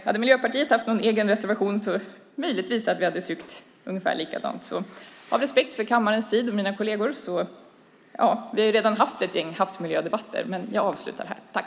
Hade Miljöpartiet haft någon egen reservation hade vi möjligtvis tyckt ungefär likadant. Vi har redan haft ett gäng havsmiljödebatter. Av respekt för kammarens tid och mina kolleger avslutar jag här.